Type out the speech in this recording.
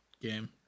game